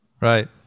Right